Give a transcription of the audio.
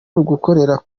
ugukorera